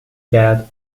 bad